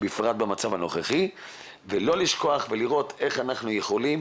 בפרט במצב הנוכחי ולא לשכוח ולראות איך אנחנו יכולים